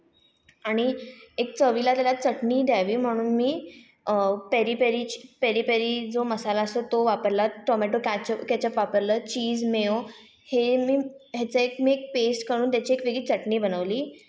आणि एक चवीला त्याला एक चटणी द्यावी म्हणून मी पेरीपेरीची पेरीपेरी जो मसाला असतो तो वापरला टोमॅटो कॅचअप केचअप वापरलं चीज मेयो हे मी ह्याचं मी एक पेस्ट करून त्याची मी एक वेगळी चटणी बनवली